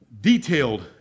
Detailed